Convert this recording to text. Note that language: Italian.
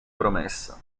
promessa